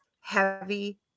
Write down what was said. heavy